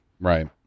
right